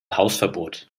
hausverbot